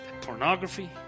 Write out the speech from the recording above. pornography